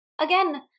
again